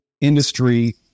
industry